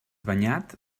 banyat